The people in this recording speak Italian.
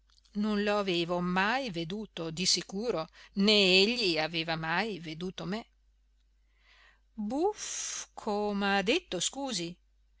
non lo avevo mai veduto di sicuro né egli aveva mai veduto me buff com'ha detto scusi